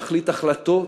להחליט החלטות,